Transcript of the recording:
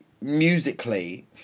musically